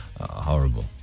Horrible